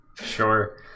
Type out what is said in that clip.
Sure